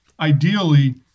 Ideally